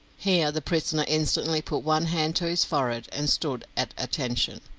here the prisoner instantly put one hand to his forehead and stood at attention